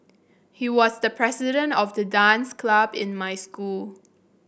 he was the president of the dance club in my school